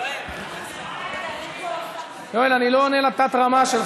אני לא ממהר לשום מקום.